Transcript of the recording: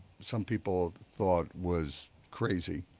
some people thought was crazy.